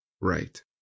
Right